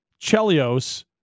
Chelios